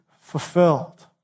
fulfilled